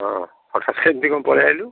ହଁ ଏମିତି କ'ଣ ପଳାଇ ଆସିଲୁ